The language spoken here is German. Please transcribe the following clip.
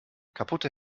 kaputte